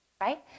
right